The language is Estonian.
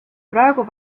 praegu